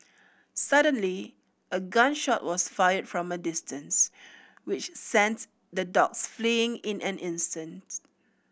suddenly a gun shot was fired from a distance which sends the dogs fleeing in an instance